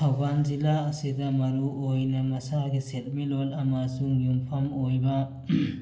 ꯊꯧꯕꯥꯜ ꯖꯤꯜꯂꯥ ꯑꯁꯤꯗ ꯃꯔꯨ ꯑꯣꯏꯅ ꯃꯁꯥꯒꯤ ꯁꯦꯟꯃꯤꯠꯂꯣꯟ ꯑꯃꯁꯨꯡ ꯌꯨꯝꯐꯝ ꯑꯣꯏꯕ